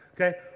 okay